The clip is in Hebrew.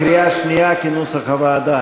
בקריאה שנייה, כנוסח הוועדה.